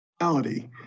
reality